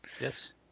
yes